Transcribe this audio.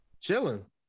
chilling